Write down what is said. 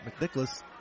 McNicholas